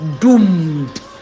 doomed